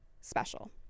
special